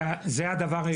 זה הדבר היחיד.